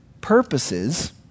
purposes